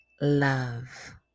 love